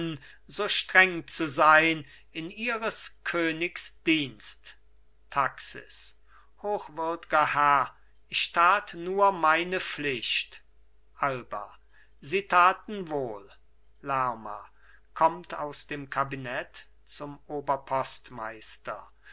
so streng zu sein in ihres königs dienst taxis hochwürdger herr ich tat nur meine pflicht alba sie taten wohl lerma kommt aus dem kabinett zum